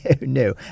no